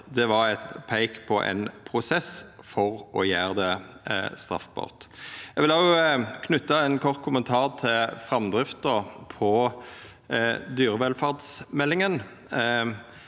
Det vert peikt på ein prosess for å gjera det straffbart. Eg vil òg knyta ein kort kommentar til framdrifta på dyrevelferdsmeldinga.